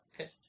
Okay